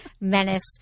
Menace